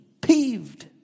peeved